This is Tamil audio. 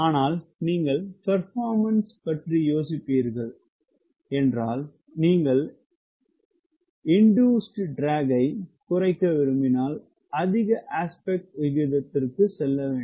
ஆனால் நீங்கள் கிளைடிங் பர்பாமன்ஸ் பற்றி யோசிப்பீர்கள் என்றால் நீங்கள் இண்டூஸ்ட் டிராக் ஐ குறைக்க விரும்பினால் அதிக அஸ்பெக்ட் விகிதத்திற்கு செல்ல வேண்டும்